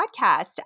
Podcast